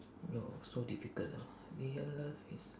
!aiyo! so difficult lah real love is